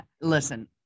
listen